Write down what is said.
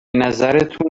نظرتون